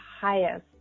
highest